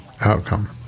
outcome